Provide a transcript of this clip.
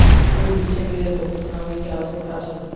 तूर बीछैक लेल बहुत श्रमिक के आवश्यकता छल